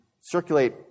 circulate